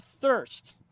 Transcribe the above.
thirst